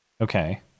okay